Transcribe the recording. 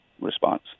response